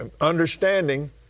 understanding